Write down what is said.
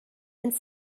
and